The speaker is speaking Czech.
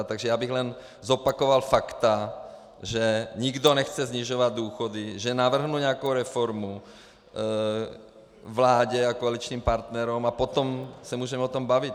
Takže já bych jen zopakoval fakta, že nikdo nechce snižovat důchody, že navrhnu nějakou reformu vládě a koaličním partnerům a potom se můžeme o tom bavit.